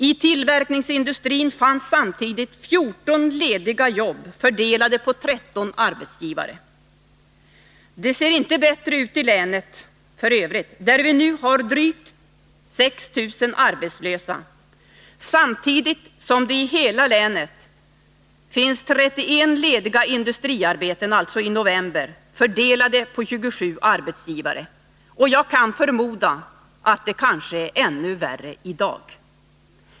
I tillverkningsindustrin fanns samtidigt 14 lediga arbeten, fördelade på 13 arbetsgivare. Det ser inte bättre ut i länet i övrigt, där vi i november hade drygt 6 000 arbetslösa samtidigt som det i hela länet fanns 31 lediga industriarbeten, fördelade på 27 arbetsgivare. Jag kan förmoda att det kanske är ännu värre i dag.